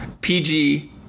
PG